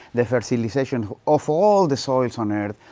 the fertilization of all the soils on earth,